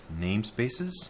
namespaces